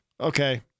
Okay